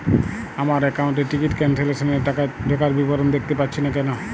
আমার একাউন্ট এ ticket cancellation এর টাকা ঢোকার বিবরণ দেখতে পাচ্ছি না কেন?